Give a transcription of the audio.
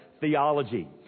theology